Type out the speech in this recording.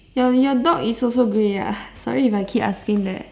your your dog is also grey ah sorry if I keep asking that